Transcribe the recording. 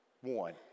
one